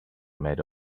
made